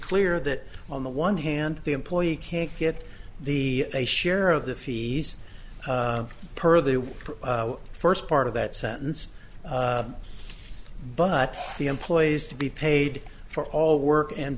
clear that on the one hand the employee can't get the a share of the fees per the first part of that sentence but the employees to be paid for all work and